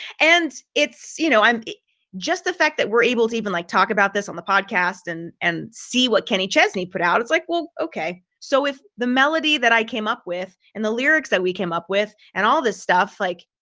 and it's, you know, i'm just the fact that we're able to even like talk about this on the podcast and and see what kenny chesney put out. it's like, well, okay, so with the melody that i came up with, and the lyrics that we came up with, and all this stuff, like,